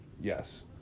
Yes